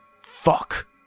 Fuck